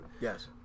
yes